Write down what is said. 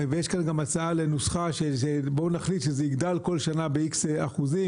ויש כאן גם הצעה לנוסחה שבואו נחליט שזה יגדל בכל שנה ב-X אחוזים,